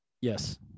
Yes